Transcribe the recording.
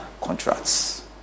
contracts